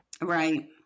Right